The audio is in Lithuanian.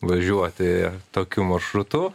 važiuoti tokiu maršrutu